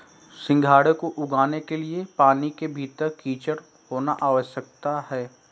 सिंघाड़े को उगाने के लिए पानी के भीतर कीचड़ होना आवश्यक है